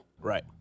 Right